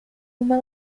uma